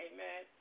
Amen